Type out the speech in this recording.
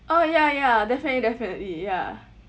oh ya ya definitely definitely ya